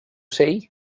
say